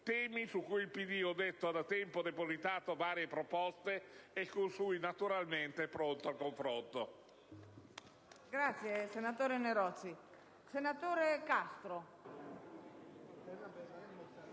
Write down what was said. come ho detto, ha da tempo depositato varie proposte, e su cui naturalmente è pronto al confronto.